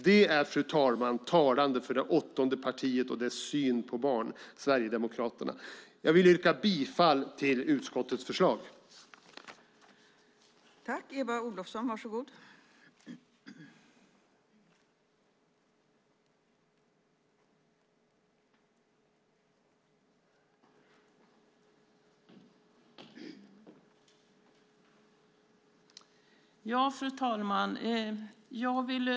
Det är, fru talman, talande för det åttonde partiet, Sverigedemokraterna, och dess syn på barn. Jag vill yrka bifall till utskottets förslag till utlåtande.